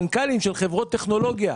מנכ"לים של חברות טכנולוגיה,